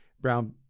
brown